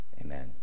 Amen